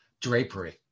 drapery